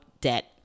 debt